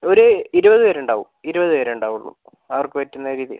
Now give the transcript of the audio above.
ഒരു ഇരുപത് പേർ ഉണ്ടാകും ഇരുപത് പേരെ ഉണ്ടാവോളൂ അവർക്ക് പറ്റുന്ന രീതിയിൽ